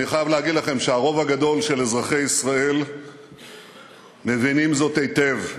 אני חייב להגיד לכם שהרוב הגדול של אזרחי ישראל מבינים זאת היטב.